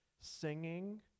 singing